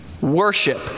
Worship